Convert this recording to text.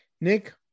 Nick